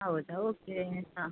ಹೌದಾ ಓಕೆ ಹಾಂ